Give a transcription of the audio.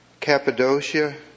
Cappadocia